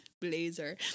Blazer